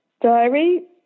diary